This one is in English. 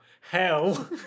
Hell